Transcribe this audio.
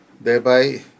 Thereby